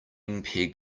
mpeg